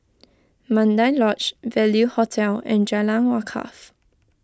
Mandai Lodge Value Hotel and Jalan Wakaff